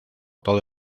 todo